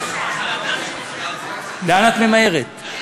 לאן את ממהרת?